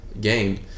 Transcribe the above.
game